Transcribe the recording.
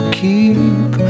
keep